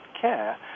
care